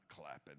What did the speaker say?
clapping